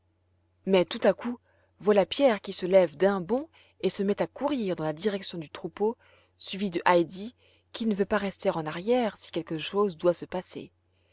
mais tout à coup voilà pierre qui se lève d'un bond et se met à courir dans la direction du troupeau suivi de heidi qui ne veut pas rester en arrière si quelque chose doit se passer